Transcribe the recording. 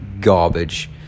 garbage